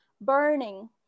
burning